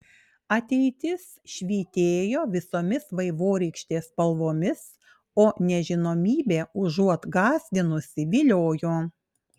ateitis švytėjo visomis vaivorykštės spalvomis o nežinomybė užuot gąsdinusi viliojo